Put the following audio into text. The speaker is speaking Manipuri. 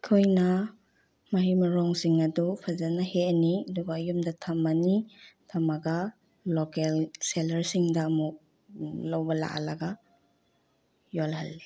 ꯑꯩꯈꯣꯏꯅ ꯃꯍꯩ ꯃꯔꯣꯡꯁꯤꯡ ꯑꯗꯣ ꯐꯖꯅ ꯍꯦꯛꯑꯅꯤ ꯑꯗꯨꯒ ꯌꯨꯝꯗ ꯊꯝꯃꯅꯤ ꯊꯝꯃꯒ ꯂꯣꯀꯦꯜ ꯁꯦꯂꯔꯁꯤꯡꯗ ꯑꯃꯨꯛ ꯂꯧꯕ ꯂꯥꯛꯍꯜꯂꯒ ꯌꯣꯜꯍꯜꯂꯤ